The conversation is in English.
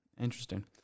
Interesting